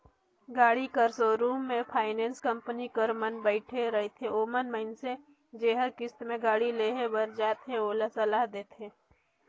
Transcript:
गाड़ी कर सोरुम में फाइनेंस कंपनी कर मन बइठे रहथें ओमन मइनसे जेहर किस्त में गाड़ी लेहे बर जाथे ओला सलाह देथे